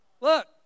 Look